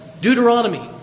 Deuteronomy